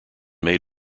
made